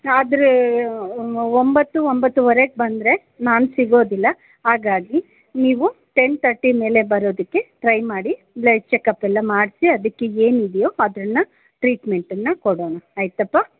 ಆದರೆ ಒ ಒಂಬತ್ತು ಒಂಬತ್ತುವರೆಗೆ ಬಂದರೆ ನಾನು ಸಿಗೋದಿಲ್ಲ ಹಾಗಾಗಿ ನೀವು ಟೆನ್ ಥರ್ಟಿ ಮೇಲೆ ಬರೋದಕ್ಕೆ ಟ್ರೈ ಮಾಡಿ ಬ್ಲಡ್ ಚೆಕಪ್ಪೆಲ್ಲ ಮಾಡಿಸಿ ಅದಕ್ಕೆ ಏನು ಇದೆಯೋ ಅದೆಲ್ಲ ಟ್ರೀಟ್ಮೆಂಟನ್ನು ಕೊಡೋಣ ಆಯ್ತಪ್ಪಾ